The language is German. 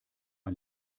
ein